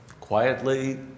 quietly